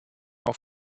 auf